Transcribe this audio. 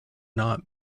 not